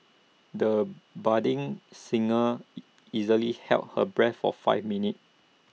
the budding singer easily held her breath for five minutes